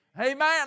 Amen